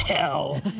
Hell